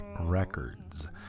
Records